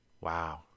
Wow